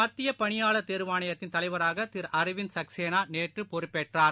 மத்தியபணியாளர் தேர்வாணையத்தின் தலைவராகதிருஅரவிந்த் சக்சேனாநேற்றுபொறுப்பேற்றார்